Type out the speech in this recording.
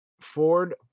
Ford